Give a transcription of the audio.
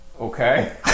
Okay